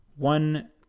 One